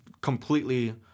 completely